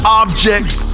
objects